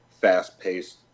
fast-paced